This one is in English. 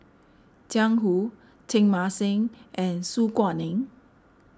Jiang Hu Teng Mah Seng and Su Guaning